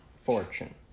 fortune